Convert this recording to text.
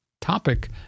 topic